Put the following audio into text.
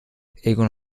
egon